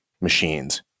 machines